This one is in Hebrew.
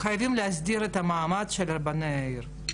חייבים להסדיר את המעמד של רבני העיר,